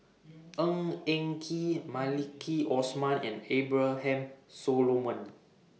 Ng Eng Kee Maliki Osman and Abraham Solomon